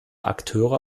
akteure